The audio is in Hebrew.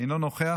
אינו נוכח.